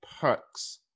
perks